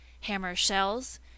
hammer-shells